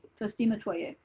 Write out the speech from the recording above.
trustee metoyer.